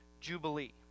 Jubilee